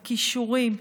בכישורים,